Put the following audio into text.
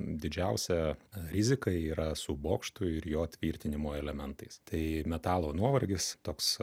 didžiausia rizika yra su bokštu ir jo tvirtinimo elementais tai metalo nuovargis toks